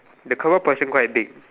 the kebab person quite Dick